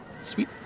sweet